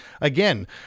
again